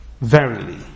Verily